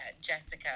Jessica